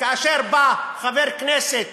כאשר חבר הכנסת